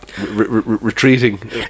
retreating